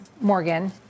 Morgan